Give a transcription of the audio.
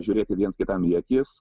žiūrėti viens kitam į akis